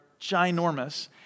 ginormous